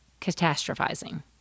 catastrophizing